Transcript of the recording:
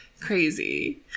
Crazy